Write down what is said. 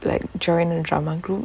like join a drama group